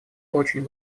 очень